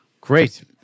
Great